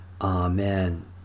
Amen